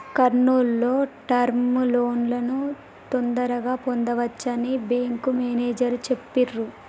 కర్నూల్ లో టర్మ్ లోన్లను తొందరగా పొందవచ్చని బ్యేంకు మేనేజరు చెప్పిర్రు